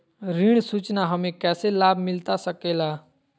ऋण सूचना हमें कैसे लाभ मिलता सके ला?